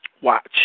Watch